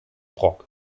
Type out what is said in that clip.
brok